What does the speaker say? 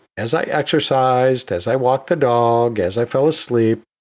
as i exercised, as i walked the dog, as i fell asleep,